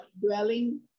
dwelling